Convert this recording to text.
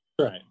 Right